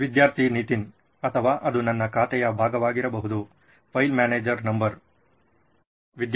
ವಿದ್ಯಾರ್ಥಿ ನಿತಿನ್ ಅಥವಾ ಅದು ನನ್ನ ಖಾತೆಯ ಭಾಗವಾಗಿರಬಹುದು file manager number file manager no